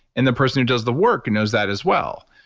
and the person who does the work knows that as well.